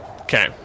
Okay